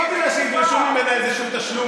לא בגלל שידרשו ממנה איזה תשלום,